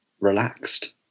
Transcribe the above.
relaxed